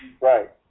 Right